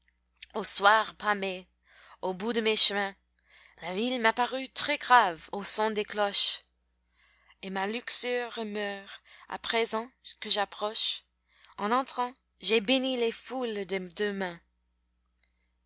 ô soir pâmé au bout de mes chemins la ville m'apparut très grave au son des cloches et ma luxure meurt à présent que j'approche en entrant j'ai béni les foules des deux mains